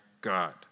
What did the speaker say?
God